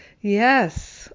Yes